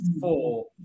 four